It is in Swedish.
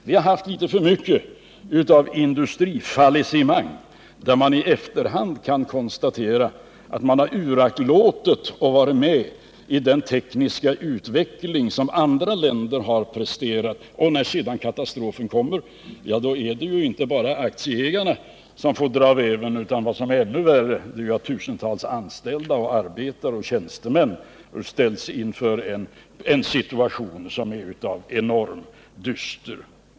Vi har haft litet för mycket av industrifallissemang, där vi i efterhand kan konstatera att man har uraktlåtit att följa med i den tekniska utveckling som andra länder har presterat. När sedan katastrofen kommer är det inte bara aktieägarna som får dra veven, utan också — vilket är ännu värre — tusentals anställda arbetare och tjänstemän ställs inför en situation som är enormt dyster.